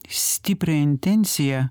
stiprią intenciją